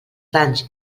danys